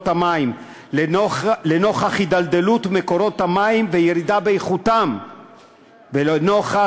המים לנוכח התדלדלות מקורות המים וירידה באיכותם ולנוכח